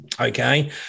Okay